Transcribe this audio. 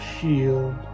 shield